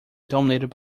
dominated